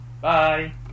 Bye